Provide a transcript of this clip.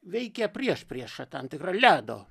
veikia priešprieša tam tikra ledo